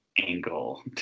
angle